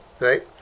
Right